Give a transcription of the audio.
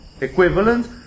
equivalent